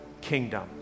kingdom